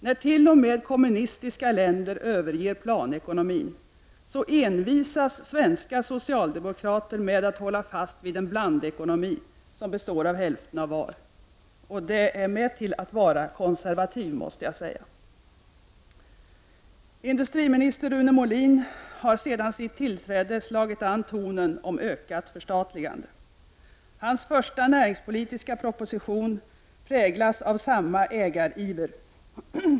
När t.o.m. kommunistiska länder överger planekonomin, envisas svenska socialdemokrater med att hålla fast vid en blandekonomi som består av hälften av vardera. Det är till att vara konservativ, måste jag säga! Industriminister Rune Molin har sedan sitt tillträde slagit an tonen om ökat förstatligande. Hans första näringspolitiska proposition präglas av samma ägariver.